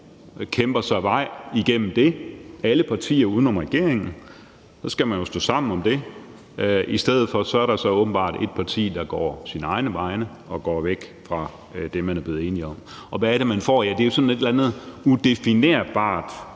kæmper sig vej igennem det – det gælder alle partier uden om regeringen, og så skal man jo stå sammen om det – men at der så i stedet for åbenbart er et parti, der går sine egne veje og går væk fra det, man er blevet enige om. Og hvad er det, man får? Det er jo sådan et eller andet udefinerbart